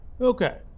okay